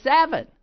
seven